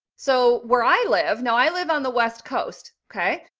so where i live now, i live on the west coast. okay.